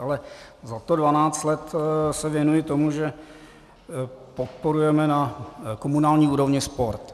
Ale zato se dvanáct let věnuji tomu, že podporujeme na komunální úrovni sport.